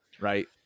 right